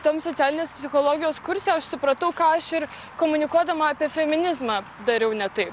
tam socialinės psichologijos kurse aš supratau ką aš ir komunikuodama apie feminizmą dariau ne tai